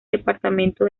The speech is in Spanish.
departamento